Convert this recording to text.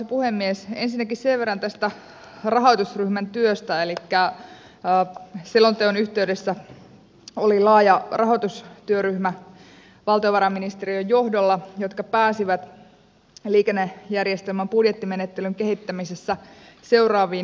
ensinnäkin sen verran tästä rahoitusryhmän työstä että selonteon yhteydessä oli valtiovarainministeriön johdolla laaja rahoitustyöryhmä joka pääsi liikennejärjestelmän budjettimenettelyn kehittämisessä seuraaviin lopputuloksiin